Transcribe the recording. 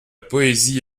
poésie